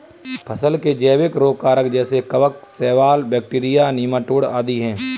फसल के जैविक रोग कारक जैसे कवक, शैवाल, बैक्टीरिया, नीमाटोड आदि है